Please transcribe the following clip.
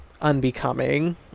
unbecoming